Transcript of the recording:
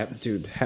Dude